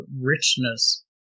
richness